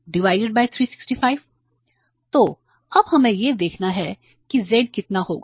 तो तो अब हमें यह देखना है कि z कितना होगा